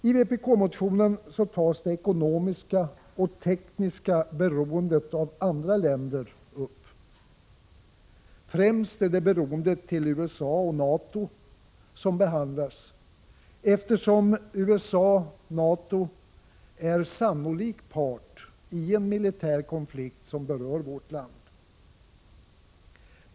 I vpk-motionen Fö203 tas det ekonomiska och tekniska beroendet av andra länder upp. Främst är det beroendet till USA och NATO som behandlas eftersom USA/NATO är sannolik part i en militär konflikt som berör vårt land.